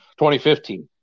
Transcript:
2015